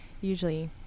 usually